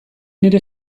nire